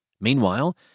Meanwhile